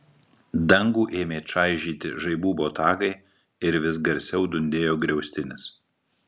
dangų ėmė čaižyti žaibų botagai ir vis garsiau dundėjo griaustinis